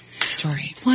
story